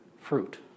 fruit